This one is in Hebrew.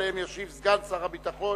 שעליהן ישיב סגן שר הביטחון,